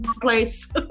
place